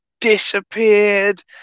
disappeared